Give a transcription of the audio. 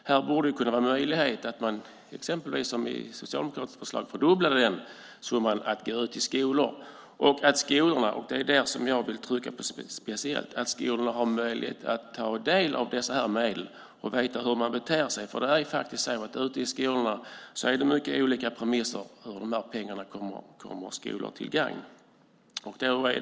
Här borde finnas möjlighet att, exempelvis som i Socialdemokraternas förslag, fördubbla den summa som går ut till skolor och se till att skolorna - det är det som jag vill trycka på speciellt - har möjlighet att ta del av dessa medel och veta hur man beter sig. Det är faktiskt mycket olika premisser för hur de här pengarna gagnar skolorna.